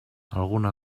alguna